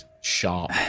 sharp